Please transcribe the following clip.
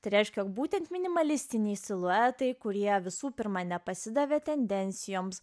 tai reiškia jog būtent minimalistiniai siluetai kurie visų pirma nepasidavė tendencijoms